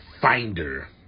finder